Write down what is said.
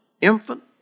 infant